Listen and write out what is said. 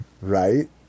right